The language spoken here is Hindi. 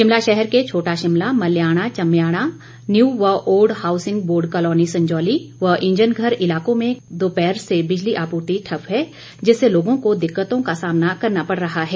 शिमला शहर के छोटा शिमला मल्याणा चम्याणा न्यू व old housing board colony Sanjauli व ईंजन घर इलाकों में कल दोपहर से बिजली आपूर्ति ठप्प है जिससे लोगों को दिक्कतों का सामना करना पड़ रहा है